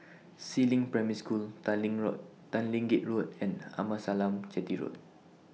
Si Ling Primary School Tanglin Road Tanglin Gate Road and Amasalam Chetty Road